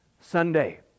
Sunday